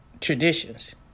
traditions